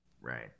right